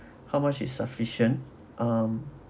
how much is sufficient um